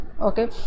okay